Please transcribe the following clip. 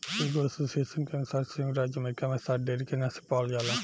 एगो एसोसिएशन के अनुसार संयुक्त राज्य अमेरिका में सात डेयरी के नस्ल पावल जाला